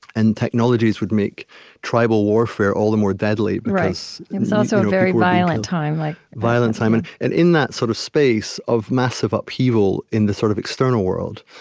and technologies would make tribal warfare all the more deadly, because it was also a very violent time like violent time, and and in that sort of space of massive upheaval in the sort of external world,